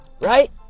right